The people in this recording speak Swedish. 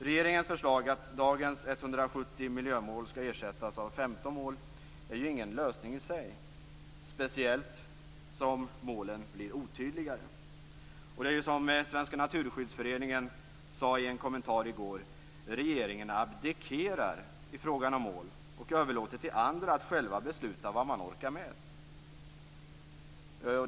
Regeringens förslag att dagens 170 miljömål skall ersättas av 15 mål är ju ingen lösning i sig, speciellt som målen blir otydligare. Det är som Svenska naturskyddsföreningen sade i en kommentar i går: Regeringen abdikerar i fråga om mål och överlåter till andra att själva besluta vad de orkar med.